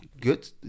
good